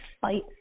fight